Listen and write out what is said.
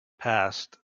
past